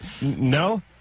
No